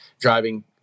driving